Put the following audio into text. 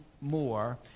more